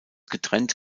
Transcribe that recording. getrennt